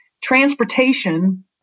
transportation